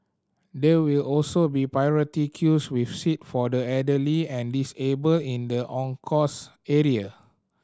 there will also be priority queues with seat for the elderly and disabled in the on course area